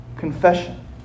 confession